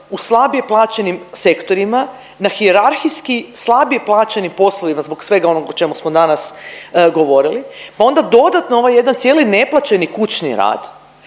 u slabije plaćenim sektorima, na hijerarhijski slabije plaćenim poslovima zbog svega onog o čemu smo danas govorili, pa onda dodatno ovaj jedan cijeli neplaćeni kućni rad